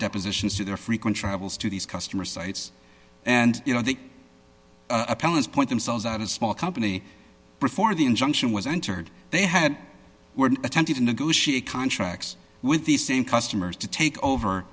depositions to their frequent travels to these customer sites and you know the appellant's point themselves out a small company before the injunction was entered they had were attempting to negotiate contracts with the same customers to take over